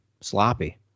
Sloppy